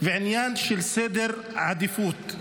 ועניין של סדר עדיפויות.